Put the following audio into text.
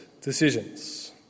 decisions